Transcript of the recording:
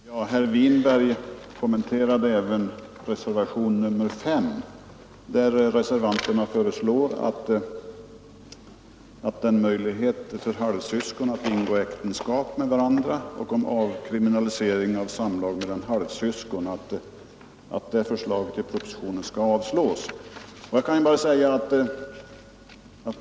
Herr talman! Herr Winberg kommenterade även reservationen 5, där reservanterna yrkar att det förslag i propositionen som handlar om möjlighet för halvsyskon att ingå äktenskap med varandra och om avkriminalisering av samlag mellan halvsyskon skall avslås.